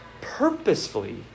purposefully